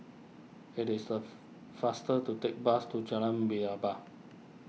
it is the faster to take bus to Jalan